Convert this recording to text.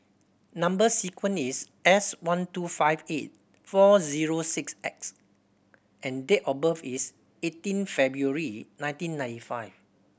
number sequence is S one two five eight four zero six X and date of birth is eighteen February nineteen ninety five